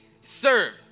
serve